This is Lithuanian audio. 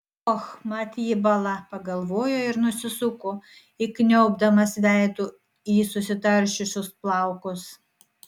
och mat jį bala pagalvojo ir nusisuko įkniubdamas veidu į susitaršiusius plaukus